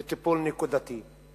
בטיפול נקודתי,